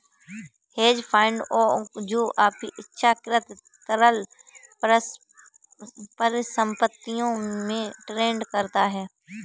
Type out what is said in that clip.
hedge fund जो अपेक्षाकृत तरल परिसंपत्तियों में ट्रेड करता है